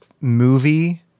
movie